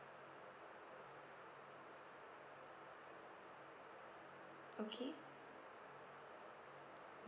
okay